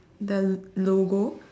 the logo